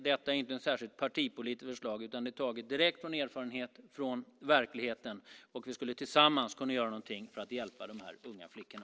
Detta är ju inte ett särskilt partipolitiskt förslag, utan det är taget direkt ur erfarenheten, ur verkligheten. Vi skulle tillsammans kunna göra någonting för att hjälpa de här unga flickorna.